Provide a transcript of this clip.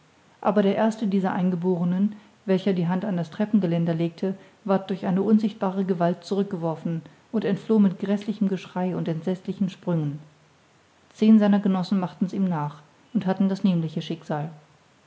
aber der erste dieser eingeborenen welcher die hand an das treppengeländer legte ward durch eine unsichtbare gewalt zurück geworfen und entfloh mit gräßlichem geschrei und entsetzlichen sprüngen zehn seiner genossen machten's ihm nach und hatten das nämliche schicksal